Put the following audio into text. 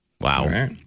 Wow